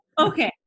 Okay